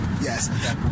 Yes